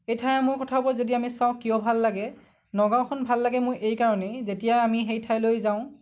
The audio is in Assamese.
এই ঠাইসমূহৰ কথাও কৈ যদি আমি চাওঁ কিয় ভাল লাগে নগাঁওখন ভাল লাগে মোৰ এই কাৰণেই যেতিয়া আমি সেই ঠাইলৈ যাওঁ